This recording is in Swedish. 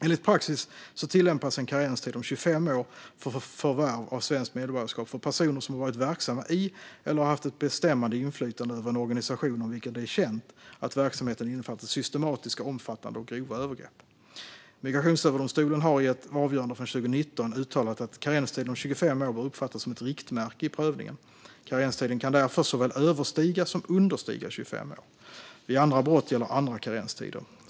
Enligt praxis tillämpas en karenstid om 25 år för förvärv av svenskt medborgarskap för personer som har varit verksamma i eller haft ett bestämmande inflytande över en organisation om vilken det är känt att verksamheten innefattat systematiska, omfattande och grova övergrepp. Migrationsöverdomstolen har i ett avgörande från 2019 uttalat att karenstiden om 25 år bör uppfattas som ett riktmärke i prövningen. Karenstiden kan därför såväl överstiga som understiga 25 år. Vid andra brott gäller andra karenstider.